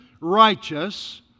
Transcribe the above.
righteous